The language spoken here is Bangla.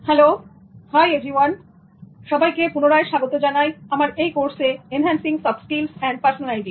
হ্যালো হাইসবাইকে পুনরায় স্বাগত জানাই আমার এই কোর্সে enhancing soft skills and personality